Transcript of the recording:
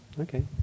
Okay